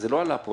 זה לא עלה פה,